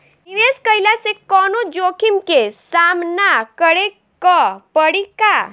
निवेश कईला से कौनो जोखिम के सामना करे क परि का?